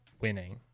winning